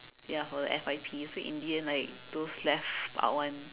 ya for the F_Y_P so in the end like those left out one